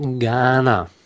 Ghana